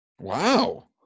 Wow